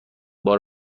بار